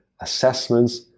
assessments